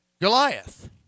Goliath